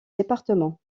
département